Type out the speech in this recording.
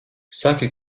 saki